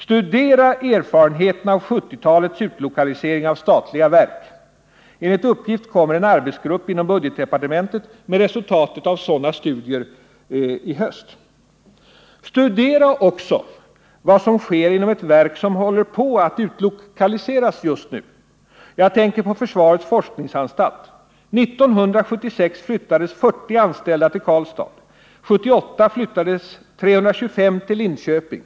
Studera erfarenheterna av 1970-talets utlokalisering av statliga verk! Enligt uppgift kommer en arbetsgrupp inom budgetdepartementet med resultatet av sådana studier i höst. Studera också vad som sker inom ett verk som håller på att utlokaliseras. Jag tänker på försvarets forskningsanstalt. 1976 flyttades 40 anställda till Karlstad. 1978 flyttades 325 till Linköping.